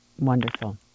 Wonderful